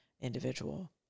individual